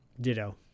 Ditto